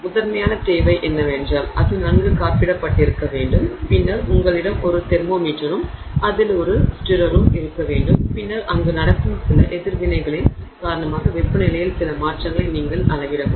முதன்மையான தேவை என்னவென்றால் அது நன்கு காப்பிடப்பட்டிருக்க வேண்டும் பின்னர் உங்களிடம் ஒரு தெர்மோமீட்டரும் அதில் ஒரு ஸ்ட்ரைரரும் இருக்க வேண்டும் பின்னர் அங்கு நடக்கும் சில எதிர்வினைகளின் காரணமாக வெப்பநிலையில் சில மாற்றங்களை நீங்கள் அளவிட முடியும்